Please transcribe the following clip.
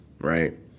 right